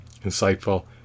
insightful